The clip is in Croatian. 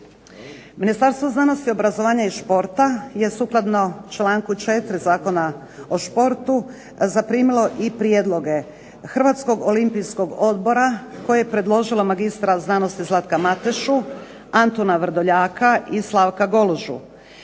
Ministarstvo znanosti, obrazovanja i športa je sukladno članku 4. Zakona o športu zaprimilo i prijedloge Hrvatskog olimpijskog odbora koje je predložilo magistra znanosti Zlatka Matešu, Antuna Vrdoljaka, i Slavka Golužu.